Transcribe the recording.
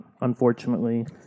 Unfortunately